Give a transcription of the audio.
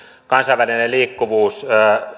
kansainvälinen liikkuvuus